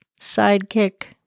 sidekick